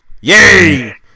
Yay